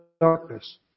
darkness